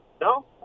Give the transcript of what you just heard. No